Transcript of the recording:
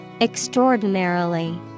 Extraordinarily